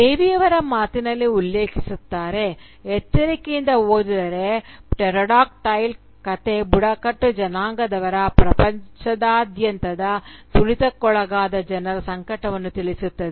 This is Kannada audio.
ದೇವಿಯವರ ಮಾತಿನಲ್ಲಿ ಉಲ್ಲೇಖಿಸುತ್ತೇನೆ "ಎಚ್ಚರಿಕೆಯಿಂದ ಓದಿದರೆ ಪ್ಟೆರೋಡಾಕ್ಟೈಲ್ ಕಥೆ ಬುಡಕಟ್ಟು ಜನಾಂಗದವರ ಪ್ರಪಂಚದಾದ್ಯಂತದ ತುಳಿತಕ್ಕೊಳಗಾದ ಜನರ ಸಂಕಟವನ್ನು ತಿಳಿಸುತ್ತದೆ